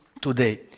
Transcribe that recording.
today